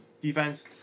defense